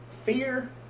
fear